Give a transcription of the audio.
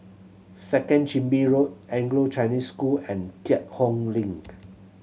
Second Chin Bee Road Anglo Chinese School and Keat Hong Link